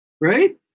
right